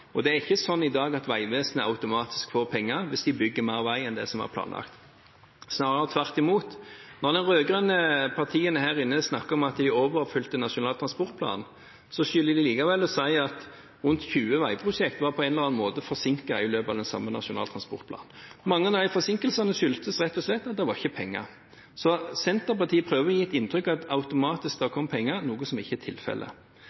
dag. Det er ikke sånn i dag at Vegvesenet automatisk får penger hvis de bygger mer vei enn det som var planlagt, snarere tvert imot. Når de rød-grønne partiene her inne snakker om at de overoppfylte Nasjonal transportplan, skylder de å si at rundt 20 veiprosjekter på en eller annen måte var forsinket i løpet av den samme nasjonale transportplanen. Mange av disse forsinkelsene skyldtes rett og slett at det ikke var penger. Senterpartiet prøver å gi et inntrykk av at det automatisk kom penger, noe som ikke er tilfellet.